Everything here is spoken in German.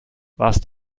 was